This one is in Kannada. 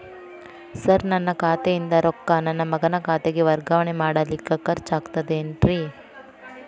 ಸರ್ ನನ್ನ ಖಾತೆಯಿಂದ ರೊಕ್ಕ ನನ್ನ ಮಗನ ಖಾತೆಗೆ ವರ್ಗಾವಣೆ ಮಾಡಲಿಕ್ಕೆ ಖರ್ಚ್ ಆಗುತ್ತೇನ್ರಿ?